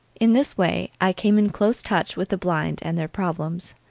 in this way i came in close touch with the blind and their problems,